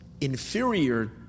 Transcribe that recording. inferior